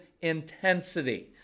intensity